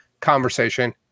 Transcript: conversation